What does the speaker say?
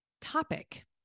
topic